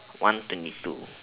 one twenty two